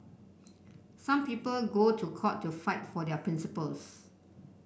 some people go to court to fight for their principles